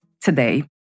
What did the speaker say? today